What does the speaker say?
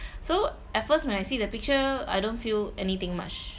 so at first when I see the picture I don't feel anything much